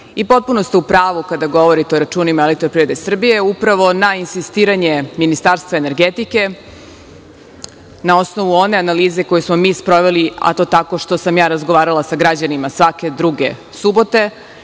Potpuno ste u pravu kada govorite o računima EPS. Upravo na insistiranje Ministarstva energetike, na osnovu one analize koju smo mi sproveli tako što sam razgovarala sa građanima svake druge subote,